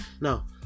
Now